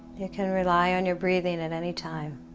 you can rely on your breathing at any time